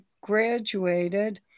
graduated